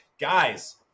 guys